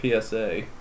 PSA